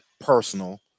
personal